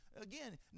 again